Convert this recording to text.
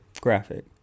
graphic